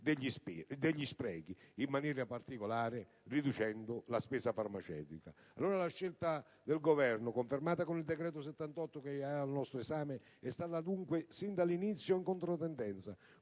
degli sprechi, in maniera particolare riducendo la spesa farmaceutica. La scelta del Governo, confermata con il decreto-legge n. 78 al nostro esame, è stata dunque sin dall'inizio in controtendenza